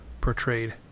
portrayed